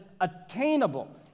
attainable